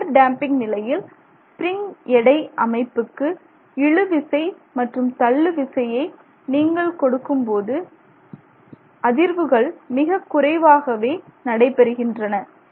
over damping நிலையில் spring எடை அமைப்புக்கு இழுவிசை மற்றும் தள்ளு விசையை நீங்கள் கொடுக்கும் போது அதிர்வுகள் மிகக்குறைவாகவே நடைபெறுகின்றன